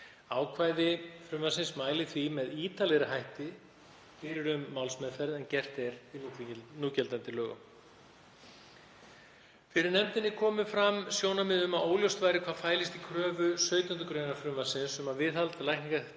Ákvæði frumvarpsins mælir því með ítarlegri hætti fyrir um málsmeðferð en gert er í núgildandi lögum. Fyrir nefndinni kom fram sjónarmið um að óljóst væri hvað fælist í kröfu 17. gr. frumvarpsins um að viðhald lækningatækis